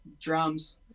drums